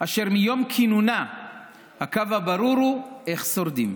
אשר מיום כינונה הקו הברור הוא איך שורדים.